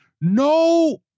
no